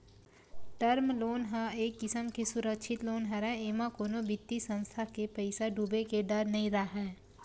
term loan ह एक किसम के सुरक्छित लोन हरय एमा कोनो बित्तीय संस्था के पइसा डूबे के डर नइ राहय